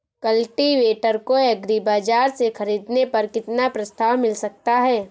Cultivator को agri Bazaar से ख़रीदने पर कितना प्रस्ताव मिल सकता है?